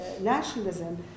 nationalism